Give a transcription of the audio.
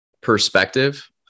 perspective